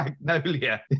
magnolia